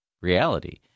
reality